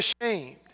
ashamed